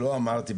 שלא אמרתי,